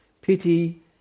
pity